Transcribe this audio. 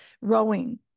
rowing